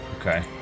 Okay